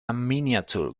miniature